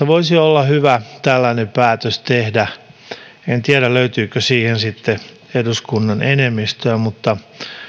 voisi olla hyvä tällainen päätös tehdä en tiedä löytyykö siihen sitten eduskunnan enemmistöä mutta